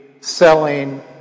selling